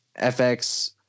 FX